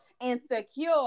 insecure